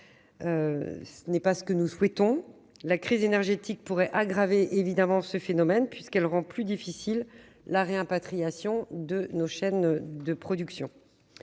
Ce n'est pas ce que nous souhaitons. La crise énergétique pourrait évidemment aggraver le phénomène, puisqu'elle rend plus difficile la réimpatriation des chaînes de production.